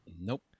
Nope